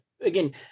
again